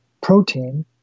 protein